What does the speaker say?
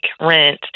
rent